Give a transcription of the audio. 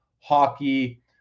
hockey